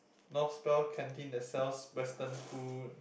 North Spine canteen that sells Western food